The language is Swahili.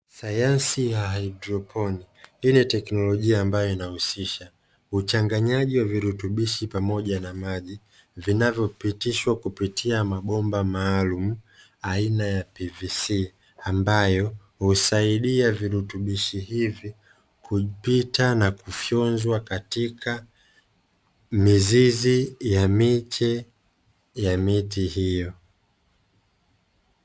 Sayansi ya haidroponi. Hii ni teknolojia ambayo inahusisha uchanganyaji wa virutubishi pamoja na maji, vinavyopitishwa kupitishwa kupitia mabomba maalumu aina ya "PVC" ambayo husaidia virutubishi hivi kupita na kufyonzwa katika mizizi ya miche ya miti hiyo.